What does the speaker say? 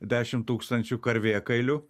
dešimt tūkstančių karvėkailių